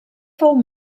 fou